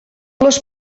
les